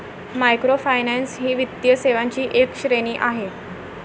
microfinance ही वित्तीय सेवांची एक श्रेणी आहे